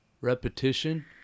repetition